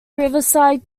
riverside